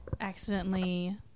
accidentally